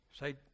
Say